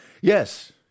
Yes